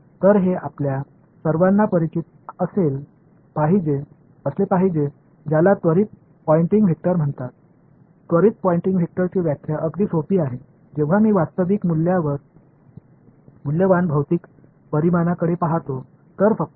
எனவே மீண்டும் இது உங்கள் அனைவருக்கும் தெரிந்திருக்க வேண்டும் இது இன்ஸ்டன்டெனியஸ் பய்ண்டிங் வெக்டர் என்று அழைக்கப்படுகிறது உண்மையான மதிப்புமிக்க பிஸிக்கல் குவான்டிடிஸ் களைப் பார்க்கும்போது இன்ஸ்டன்டெனியஸ் பய்ண்டிங் வெக்டரின் வரையறை எளிதானது